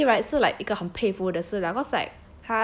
honestly right so like 一个很佩服的事 lah cause like